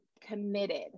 committed